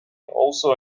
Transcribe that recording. also